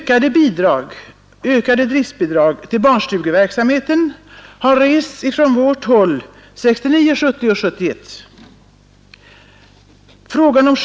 Krav på ökade driftbidrag till barnstugeverksamheten har rests ifrån vårt håll 1969, 1970 och 1971.